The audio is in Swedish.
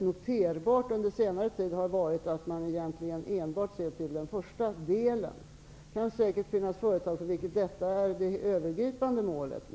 Noterbart under senare tid har varit att man egentligen enbart sett till den första delen. Det finns säkert företag för vilka detta är det övergripande målet.